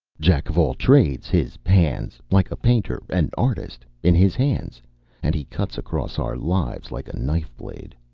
jack-of-all-trades. his hands! like a painter, an artist. in his hands and he cuts across our lives like a knife-blade.